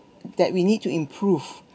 that we need to improve